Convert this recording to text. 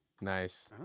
Nice